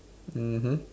mmhmm